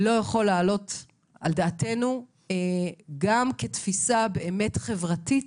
לא יכול לעלות על הדעת, גם כתפיסה חברתית,